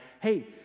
hey